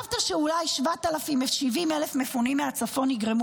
-- חשבת שאולי 70,000 מפונים מהצפון יגרמו